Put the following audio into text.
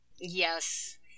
Yes